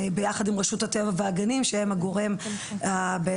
ביחד עם רשות הטבע והגנים שהם הגורם שאחראי